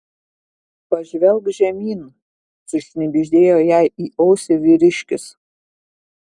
pažvelk žemyn sušnibždėjo jai į ausį vyriškis